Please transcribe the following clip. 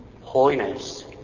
holiness